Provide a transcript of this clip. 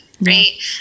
right